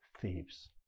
thieves